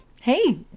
Hey